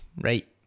right